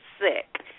sick